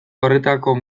horretako